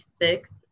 six